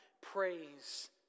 praise